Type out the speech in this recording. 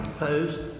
Opposed